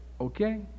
Okay